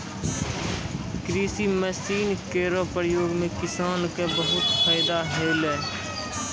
कृषि मसीन केरो प्रयोग सें किसान क बहुत फैदा होलै